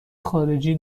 خارجی